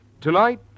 Tonight